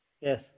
Yes